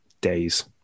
days